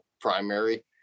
primary